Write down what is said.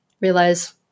realize